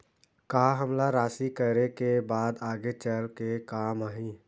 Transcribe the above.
का हमला राशि करे के बाद आगे चल के काम आही?